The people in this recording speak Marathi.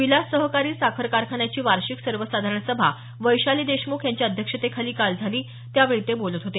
विलास सहकारी साखर कारखान्याची वार्षिक सर्वसाधारण सभा वैशाली देशमुख यांच्या अध्यक्षतेखाली काल झाली त्यावेळी ते बोलत होते